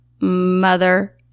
mother